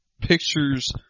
pictures